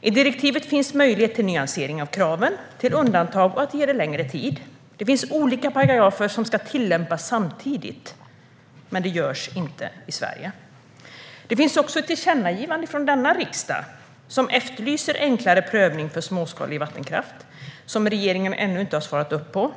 I direktivet finns möjlighet till nyansering av kraven, att göra undantag och att ge det längre tid. Det finns olika paragrafer som ska tillämpas samtidigt, men det görs inte i Sverige. Det finns också ett tillkännagivande från denna riksdag som efterlyser enklare prövning för småskalig vattenkraft. Det har regeringen ännu inte svarat upp mot.